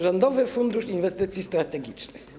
Rządowy fundusz inwestycji strategicznych.